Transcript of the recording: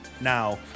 Now